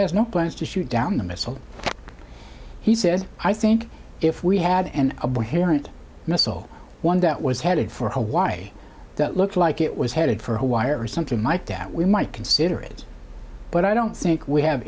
has no plans to shoot down a missile he says i think if we had and a boy here and missile one that was headed for hawaii that looked like it was headed for a wire or something like that we might consider it but i don't think we have